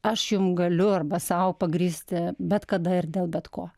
aš jum galiu arba sau pagrįsti bet kada ir dėl bet ko